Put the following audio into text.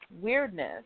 Weirdness